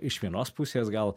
iš vienos pusės gal